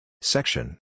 Section